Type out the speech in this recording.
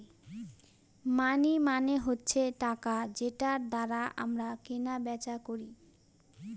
মানি মানে হচ্ছে টাকা যেটার দ্বারা আমরা কেনা বেচা করি